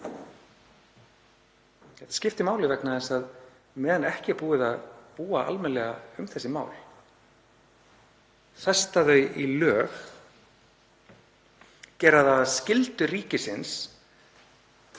Þetta skiptir máli vegna þess að á meðan ekki er búið að búa almennilega um þessi mál, festa þau í lög, gera það að skyldu ríkisins